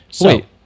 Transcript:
Wait